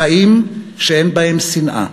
חיים שאין בהם שנאה,